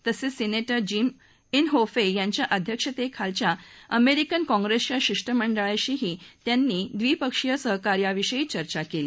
तसेच senator Jim Inhofe यांच्या अध्यक्षतेखालच्या अमेरिकन काँग्रेसच्या शिष्टमंडळाशीही त्यांनी द्विपक्षीय सहकार्याविषयी चर्चा केली